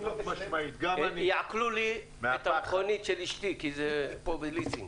גם יעקלו לי את המכונית של אשתי, כי זה בליסינג.